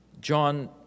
John